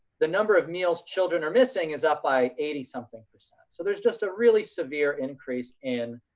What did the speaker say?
the number of meals children are missing is up by eighty something percent. so there's just a really severe increase in